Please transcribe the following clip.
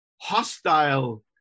hostile